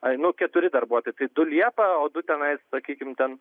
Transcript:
ai nu keturi darbuotojai tai du liepą o du tenai sakykim